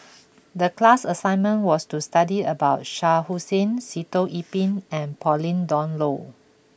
the class assignment was to study about Shah Hussain Sitoh Yih Pin and Pauline Dawn Loh